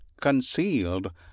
concealed